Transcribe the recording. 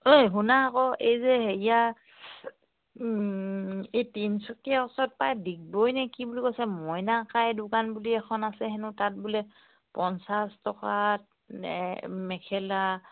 ঐ শুনা আকৌ এই যে হেৰিয়াৰ এই তিনিচুকীয়া ওচৰত পায় ডিগবৈ নে কি বুলি কৈছে মইনাকাই দোকান বুলি এখন আছে হেনো তাত বোলে পঞ্চাছ টকাত এই মেখেলা